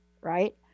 right